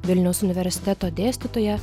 vilniaus universiteto dėstytoja